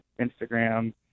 Instagram